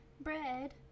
Bread